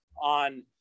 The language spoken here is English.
on